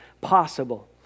possible